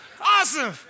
Awesome